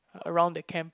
around that camp